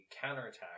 counterattack